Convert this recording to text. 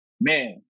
Man